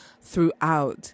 throughout